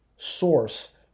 source